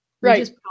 Right